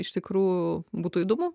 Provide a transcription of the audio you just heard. iš tikrųjų būtų įdomu